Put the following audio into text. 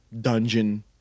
dungeon